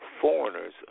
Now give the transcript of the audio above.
Foreigners